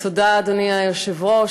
אדוני היושב-ראש,